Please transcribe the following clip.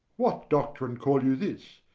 what doctrine call you this,